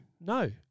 No